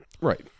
Right